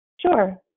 Sure